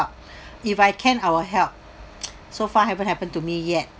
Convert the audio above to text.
if I can I will help so far haven't happened to me yet